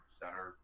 center